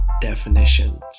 definitions